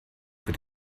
für